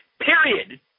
Period